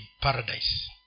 Paradise